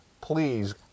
please